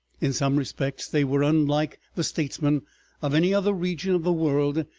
in some respects they were unlike the statesmen of any other region of the world,